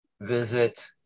Visit